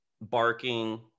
barking